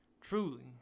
truly